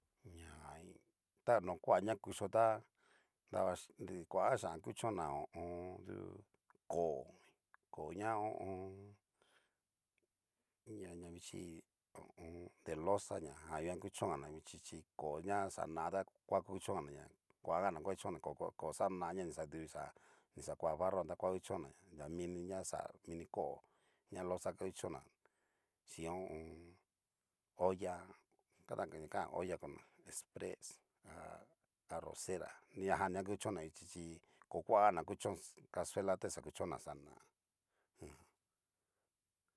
Ña tano kua na kucho tá davaxichi nri koa chian kuchona ho o on. du koo, koo ña ho o on. ña ña ñavichi de loza ñajan nguan kuchongana vichí chí koo ña xana ta va kuchónganaña kuagana koakuchongana koo koo xana ñanixaduxa nixa koa barrojan ta va kuchónganaña mini ña xa mini koo, ña loza kuchón ná, xhín hu u un. olla kada kenejan olla con exprees, a arrozera niñajan niga kuchon'na vichi hí ko kuagana kuchon casuela ta ni xa kuchon'na xaná.